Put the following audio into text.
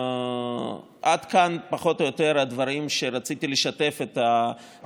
עד כאן פחות או יותר הדברים שרציתי לשתף בהם את